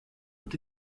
ont